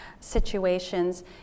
situations